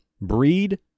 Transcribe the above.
breed